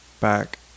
back